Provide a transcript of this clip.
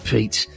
Pete